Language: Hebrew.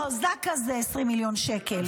לא, זק"א זה 20 מיליון שקל.